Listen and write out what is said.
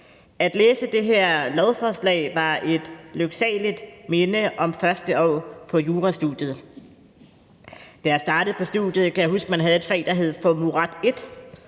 jeg læste det her lovforslag, dukkede et lyksaligt minde om første år på jurastudiet op .Da jeg startede på studiet, kan jeg huske, der var et fag, der hed Formueret